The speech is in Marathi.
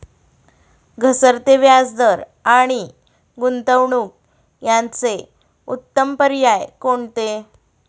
घसरते व्याजदर आणि गुंतवणूक याचे उत्तम पर्याय कोणते?